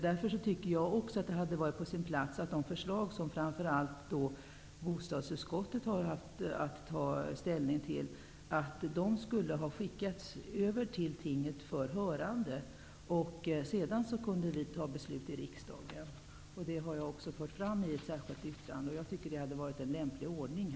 Därför tycker jag också att det skulle ha varit på sin plats att de förslag som framför allt bostadsutskottet har haft att ta ställning till hade skickats över till tinget för hörande, och sedan kunde vi ha fattat beslut i riksdagen. Det hade varit en lämplig ordning. Detta har jag fört fram i ett särskilt yttrande.